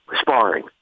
sparring